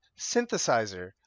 synthesizer